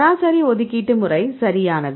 சராசரி ஒதுக்கீட்டு முறை சரியானது